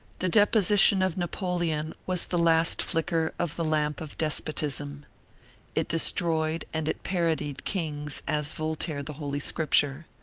the deposition of napoleon was the last flicker of the lamp of despotism it destroyed and it parodied kings as voltaire the holy scripture.